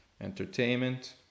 entertainment